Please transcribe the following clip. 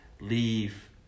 leave